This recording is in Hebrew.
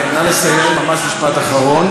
כן, נא לסיים, ממש משפט אחרון.